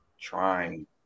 trying